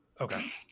okay